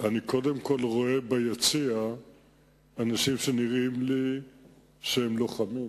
אני רואה ביציע אנשים שנראה לי שהם לוחמים,